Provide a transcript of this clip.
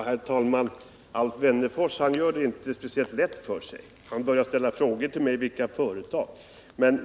Herr talman! Alf Wennerfors gör det inte speciellt lätt för sig. Han börjar ställa frågor till mig om vilka företag som är berörda.